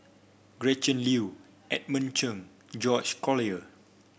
Gretchen Liu Edmund Chen George Collyer